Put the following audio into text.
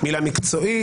מילה מקצועית?